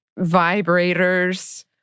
vibrators